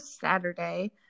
Saturday